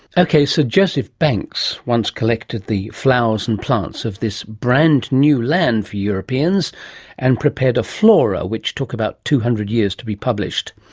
so joseph banks once collected the flowers and plants of this brand-new land for europeans and prepared a flora which took about two hundred years to be published.